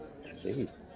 Jeez